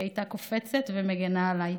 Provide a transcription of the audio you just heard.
היא הייתה קופצת ומגנה עליי.